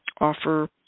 offer